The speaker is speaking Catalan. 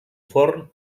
forn